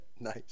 Nice